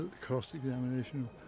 cross-examination